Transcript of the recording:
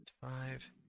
five